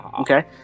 Okay